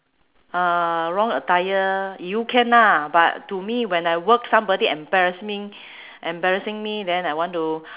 uh wrong attire you can lah but to me when I work somebody embarrassing embarrassing me then I want to